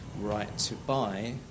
right-to-buy